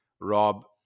Rob